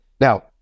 Now